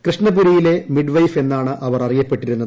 കൃഷ്ണപുരയിലെ midwife എന്നാണ് അവർ അറിയിപ്പെട്ടിരുന്നത്